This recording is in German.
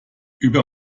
über